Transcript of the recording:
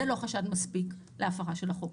זה לא חשד מספיק להפרה של החוק,